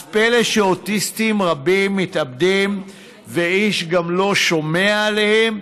אז פלא שאוטיסטים רבים מתאבדים ואיש גם לא שומע עליהם?